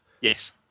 Yes